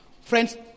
Friends